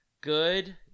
Good